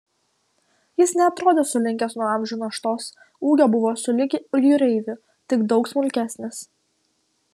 jis neatrodė sulinkęs nuo amžių naštos ūgio buvo sulig jūreiviu tik daug smulkesnis